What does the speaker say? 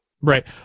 Right